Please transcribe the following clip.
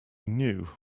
knew